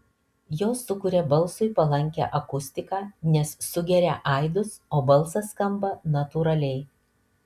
jos sukuria balsui palankią akustiką nes sugeria aidus o balsas skamba natūraliai